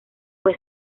fue